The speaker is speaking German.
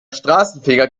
straßenfeger